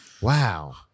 Wow